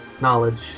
Knowledge